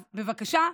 אז בבקשה,